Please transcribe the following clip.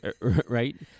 right